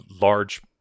large